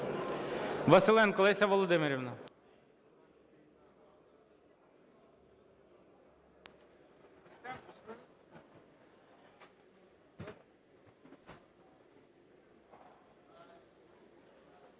Василенко Леся Володимирівна.